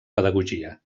pedagogia